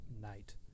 night